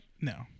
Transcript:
No